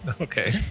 Okay